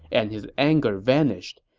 and his anger vanished.